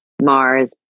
Mars